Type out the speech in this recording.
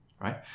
right